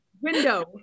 Window